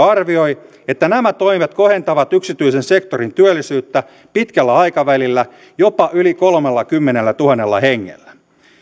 arvioi että nämä toimet kohentavat yksityisen sektorin työllisyyttä pitkällä aikavälillä jopa yli kolmellakymmenellätuhannella hengellä